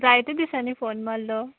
जायते दिसांनी फोन माल्लो